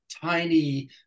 tiny